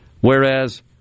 Whereas